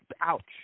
ouch